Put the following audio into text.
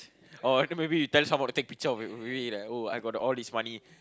oh then maybe you tell someone to take picture of really like oh I got all his money